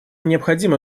необходимо